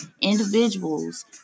individuals